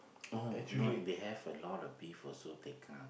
oh no they have a lot of beef also Tekka